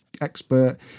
expert